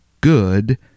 good